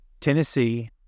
Tennessee